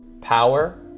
power